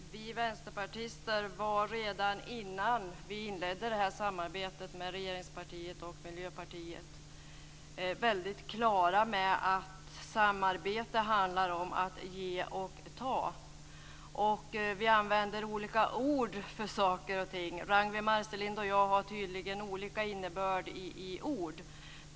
Fru talman! Vi vänsterpartister var redan innan vi inledde detta samarbete med regeringspartiet och Miljöpartiet väldigt klara över att samarbete handlar om att ge och ta. Vi använder olika ord för saker och ting. Ragnwi Marcelind och jag har tydligen olika innebörd i ord.